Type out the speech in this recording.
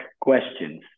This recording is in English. questions